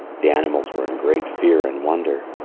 the animals were in great fear and wonder.